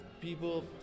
people